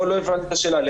לא הבנתי את השאלה.